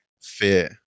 fear